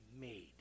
made